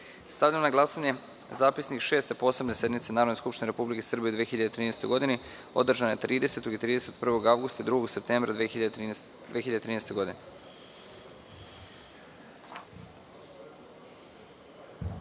godine. Stavljam na glasanje Zapisnik Šeste posebne sednice Narodne skupštine Republike Srbije u 2013. godini, održane 30. i 31. avgusta i 2. septembra 2013. godine. Molim